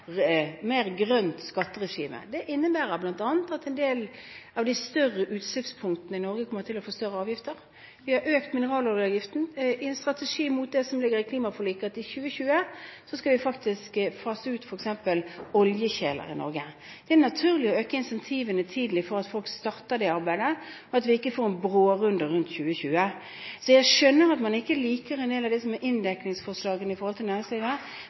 grønt skatteregime. Det innebærer bl.a. at en del av de større utslippspunktene i Norge kommer til å få større avgifter. Vi har økt mineraloljeavgiften i en strategi mot det som ligger i klimaforliket, at vi i 2020 faktisk skal fase ut f.eks. oljekjeler i Norge. Det er naturlig å øke insentivene tidlig slik at folk starter det arbeidet, og at vi ikke får en «brårunde» rundt 2020. Jeg skjønner at man ikke liker en del av inndekningsforslagene når det gjelder næringslivet, men det er en konsekvens av en politikk et bredt flertall i